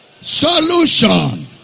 Solution